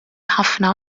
ħafna